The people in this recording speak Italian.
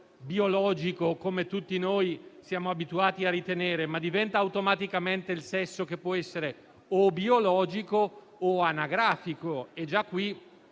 biologico come tutti noi siamo abituati a ritenere, ma automaticamente può essere biologico o anagrafico, e già qui